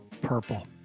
purple